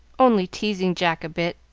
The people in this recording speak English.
only teasing jack a bit.